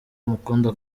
amukunda